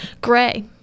Gray